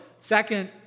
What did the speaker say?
Second